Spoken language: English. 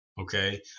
Okay